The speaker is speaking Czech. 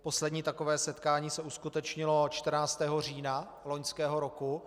Poslední takové setkání se uskutečnilo 14. října loňského roku.